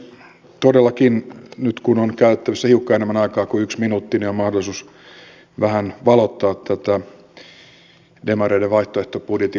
todellakin nyt kun on käytettävissä hiukka enemmän aikaa kuin yksi minuutti niin on mahdollisuus vähän valottaa näitä demareiden vaihtoehtobudjetin linjauksia ja ajatuksia